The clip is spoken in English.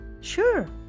Sure